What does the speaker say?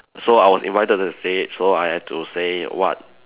so I was invited to the stage so I had to say what